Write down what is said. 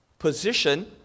Position